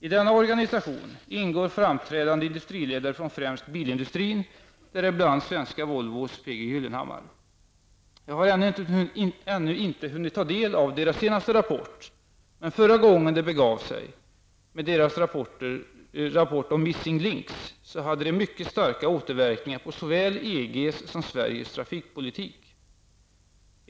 I denna organisation ingår framträdande industriledare från främst bilindustrin, däribland svenska Volvos P G Gyllenhammar. Jag har ännu inte hunnit ta del av deras senaste rapport, men förra gången de lade fram sin rapport om Missing Links hade det mycket starka återverkningar på såväl EGs som Sveriges trafikpolitik.